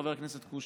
חבר הכנסת קושניר: